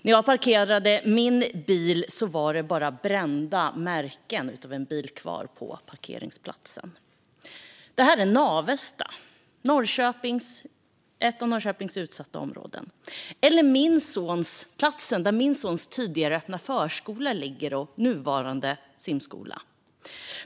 När jag nu parkerade min bil var det bara brända märken av en bil kvar på parkeringsplatsen. Det här är Navestad, ett av Norrköpings utsatta områden. Det är också platsen där min sons tidigare öppna förskola och nuvarande simskola ligger.